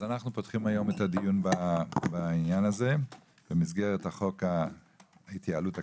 פותחים היום את הדיון בעניין הזה במסגרת חוק ההתייעלות הכלכלית.